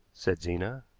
said zena.